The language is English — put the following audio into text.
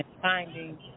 finding